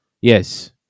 yes